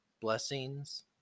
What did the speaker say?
blessings